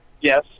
Yes